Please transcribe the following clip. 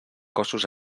cossos